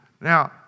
Now